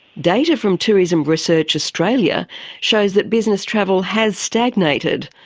data from tourism research australia shows that business travel has stagnated,